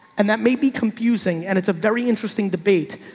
and that may be confusing and it's a very interesting debate,